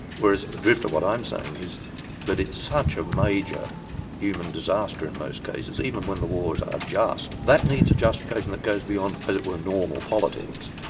whereas the drift of what i'm saying is that it's such a major human disaster in most cases, even when the wars are just, that needs a justification that goes beyond as it were normal politics,